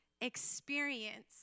experience